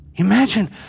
Imagine